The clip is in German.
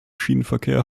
schienenverkehr